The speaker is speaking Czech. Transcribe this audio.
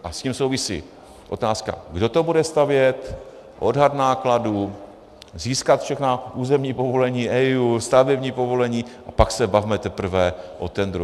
S tím souvisí otázka, kdo to bude stavět, odhad nákladů, získat všechna územní povolení, EIA, stavební povolení, a pak se bavme teprve o tendru.